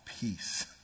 peace